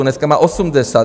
Dneska má 80.